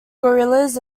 guerrillas